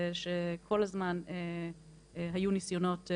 שכל הזמן היו ניסיונות,